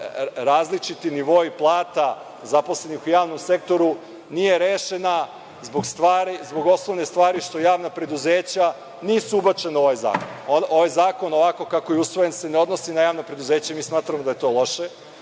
različiti nivoi plata zaposlenih u javnom sektoru, nije rešena zbog osnovne stvari što javna preduzeća nisu ubačena u ovaj zakon. Ovaj zakon, ovako kako je usvojen, se ne odnosi na javna preduzeća i mi smatramo da je to loše,